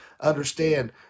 understand